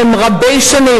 3% ממשרדך.